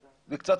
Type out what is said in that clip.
זה קצת,